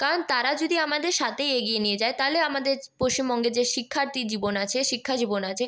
কারণ তারা যদি আমাদের সাথেই এগিয়ে নিয়ে যায় তাহলে আমাদের পশ্চিমবঙ্গে যে শিক্ষার্থী জীবন আছে শিক্ষাজীবন আছে